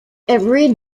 every